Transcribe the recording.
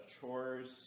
chores